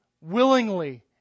willingly